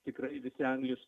tikrai visi anglijos